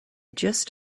just